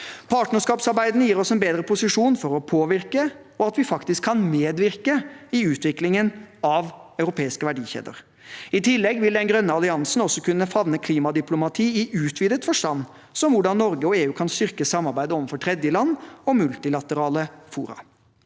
Partnerskapsarbeidene gir oss en bedre posisjon for å påvirke og for at vi faktisk kan medvirke i utviklingen av europeiske verdikjeder. I tillegg vil den grønne alliansen også kunne favne klimadiplomati i utvidet forstand, som hvordan Norge og EU kan styrke samarbeidet overfor tredjeland og i multilaterale fora.